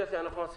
בבקשה.